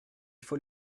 faut